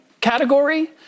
category